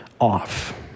off